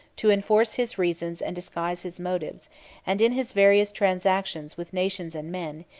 to enforce his reasons and disguise his motives and in his various transactions with nations and men,